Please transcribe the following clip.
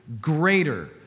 Greater